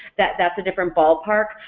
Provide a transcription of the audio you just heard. that that's a different ballpark,